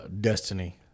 destiny